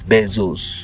Bezos